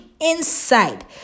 inside